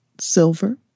silver